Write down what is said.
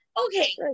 Okay